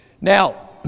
Now